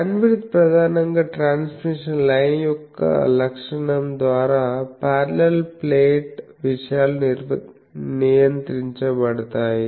bandwidth ప్రధానంగా transmission line యొక్క లక్షణం ద్వారా పార్లల్ ప్లేట్ విషయాలు నియంత్రించబడతాయి